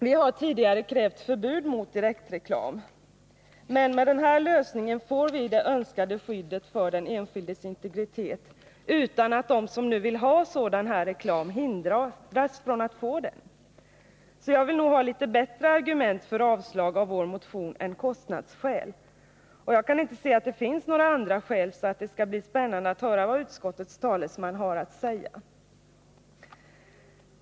Vi har tidigare krävt förbud mot direktreklam, men med den här lösningen får vi det önskade skyddet för den enskildes integritet utan att de som vill ha sådan här reklam hindras från att få den. Jag vill nog ha litet bättre argument för avstyrkande av vår motion än kostnadsskäl. Jag kan inte se att det kan finnas några andra skäl, så det skall bli spännande att höra vad utskottets talesman har att säga.